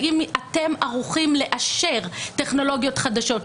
האם אתם ערוכים לאשר טכנולוגיות חדשות,